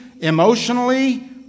emotionally